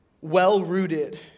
well-rooted